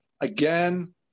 Again